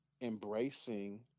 embracing